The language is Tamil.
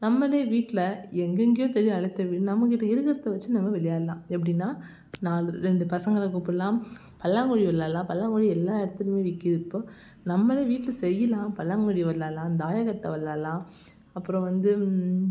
நம்மளே வீட்டில எங்கெங்கையோ தேடி அலையிறதை விட நம்மகிட்ட இருக்கிறத வச்சு நம்ம விளையாடலாம் எப்படின்னா நாலு ரெண்டு பசங்களை கூப்பிட்லாம் பல்லாங்குழி விளாட்லாம் பல்லாங்குழி எல்லா இடத்துலையுமே விற்கிது இப்போது நம்மளே வீட்டில செய்யலாம் பல்லாங்குழி விளாட்லாம் தாயக்கட்டை விளாட்லாம் அப்புறம் வந்து